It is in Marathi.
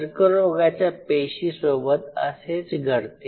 कर्करोगाच्या पेशी सोबत असेच घडते